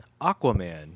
Aquaman